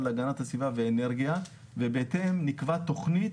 להגנת הסביבה ומשרד האנרגיה ובהתאם נקבע תכנית